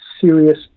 serious